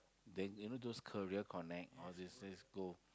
then you know those career connect all these just go